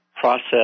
process